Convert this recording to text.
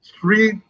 three